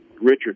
Richard